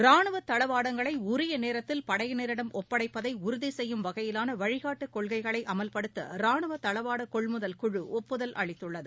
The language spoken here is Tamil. ராணுவதளவாடங்களைஉரியநேரத்தில் படையினரிடம் ஒப்படைப்பதைஉறுதிசெய்யும் வகையிலானவழிகாட்டுகொள்கைகளைஅமல்படுத்தரானுவதளவாடகொள்முதல் குழு ஒப்புதல் அளித்துள்ளது